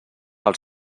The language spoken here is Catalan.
als